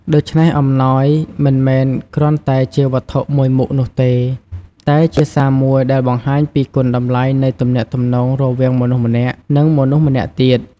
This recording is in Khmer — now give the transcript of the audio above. ដូច្នេះ អំណោយមិនមែនគ្រាន់តែជាវត្ថុមួយមុខនោះទេ តែជាសារមួយដែលបង្ហាញពីគុណតម្លៃនៃទំនាក់ទំនងរវាងមនុស្សម្នាក់ និងមនុស្សម្នាក់ទៀត។